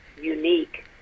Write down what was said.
unique